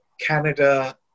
Canada